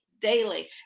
daily